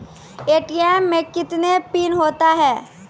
ATM मे कितने PIN होता हैं?